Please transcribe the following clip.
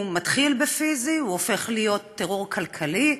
הוא מתחיל בפיזי, והוא הופך להיות טרור כלכלי,